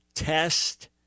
test